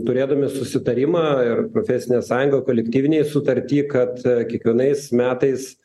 turėdami susitarimą ir profesinė sąjunga kolektyvinėj sutarty kad kiekvienais metais